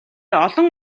олон